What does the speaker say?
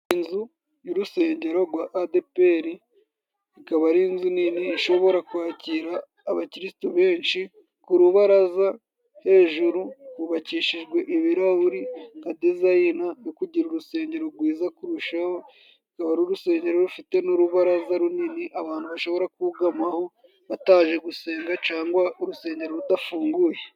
Inzu y'urusengero rwa adepi ikaba ari inzu nini ishobora kwakira abakiritu benshi ku rubaraza hejuru hubakishijwe ibirahuri kadezayine yo kugira urusengero rwiza kurushaho akaba arurusengero rufite n'urubaraza runini abantu bashobora kugamaho bataje gusenga cyangwa urusengero rudafunguye.